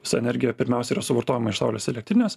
visa energija pirmiausia yra suvartojama iš saulės elektrinės